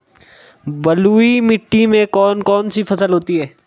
बलुई मिट्टी में कौन कौन सी फसल होती हैं?